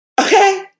Okay